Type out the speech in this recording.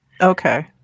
Okay